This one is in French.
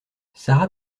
sara